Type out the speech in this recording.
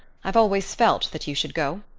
i've always felt that you should go.